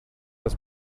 das